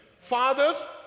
Father's